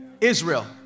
Israel